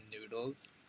noodles